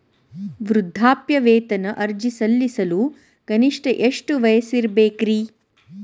ವೃದ್ಧಾಪ್ಯವೇತನ ಅರ್ಜಿ ಸಲ್ಲಿಸಲು ಕನಿಷ್ಟ ಎಷ್ಟು ವಯಸ್ಸಿರಬೇಕ್ರಿ?